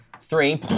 three